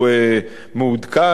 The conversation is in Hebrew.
הוא מעודכן.